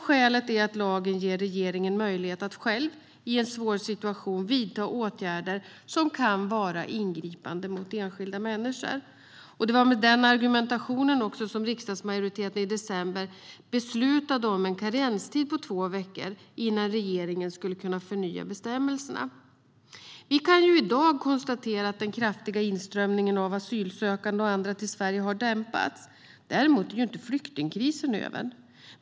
Skälet är att lagen ger regeringen möjlighet att själv i en svår situation vidta åtgärder som kan vara ingripande mot enskilda människor. Det var med den argumentationen som riksdagsmajoriteten i december beslutade om en karenstid på två veckor innan regeringen skulle kunna förnya bestämmelserna. Vi kan i dag konstatera att den kraftiga inströmningen av asylsökande och andra till Sverige har dämpats. Däremot är inte flyktingkrisen över.